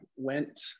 Went